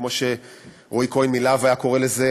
כמו שרועי כהן מ"להב" היה קורא לזה,